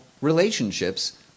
relationships